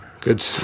Good